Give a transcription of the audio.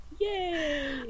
Yay